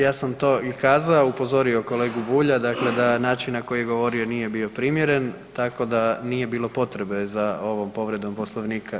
Ja sam to i kazao, upozorio kolegu Bulja, dakle da način na koji je govorio nije bio primjeren, tako da nije bilo potrebe za ovom povredom Poslovnika.